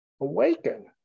Awaken